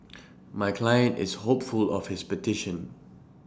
my client is hopeful of his petition